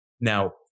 Now